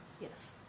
Yes